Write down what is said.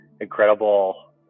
incredible